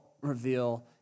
reveal